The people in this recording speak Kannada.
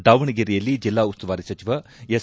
ದಾವಣಗೆರೆಯಲ್ಲಿ ಜಿಲ್ಲಾ ಉಸ್ತುವಾರಿ ಸಚಿವ ಎಸ್